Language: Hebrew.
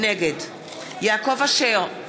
נגד יעקב אשר,